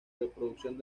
reproducción